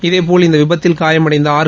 இதேபோல் இந்த விபத்தில் காயமடைந்த ஆர்